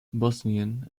bosnian